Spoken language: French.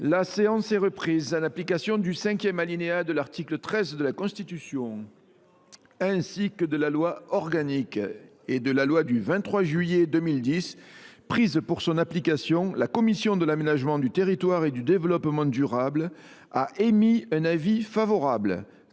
La séance est reprise. En application du cinquième alinéa de l’article 13 de la Constitution, ainsi que de la loi organique n° 2010 837 et de la loi n° 2010 838 du 23 juillet 2010 prises pour son application, la commission de l’aménagement du territoire et du développement durable a émis un avis favorable